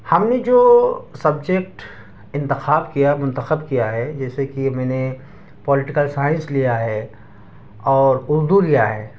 ہم نے جو سبجیکٹ انتخاب کیا منتخب کیا ہے جیسے کہ میں نے پالیٹیکل سائنس لیا ہے اور اردو لیا ہے